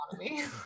economy